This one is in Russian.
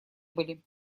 были